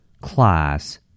class